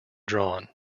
drawn